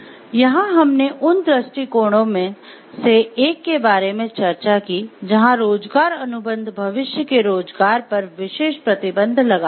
यहां हमने उन दृष्टिकोणों में से एक के बारे में चर्चा की जहां "रोजगार अनुबंध" भविष्य के रोजगार पर विशेष प्रतिबंध लगाते हैं